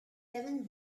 kevin